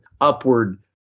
upward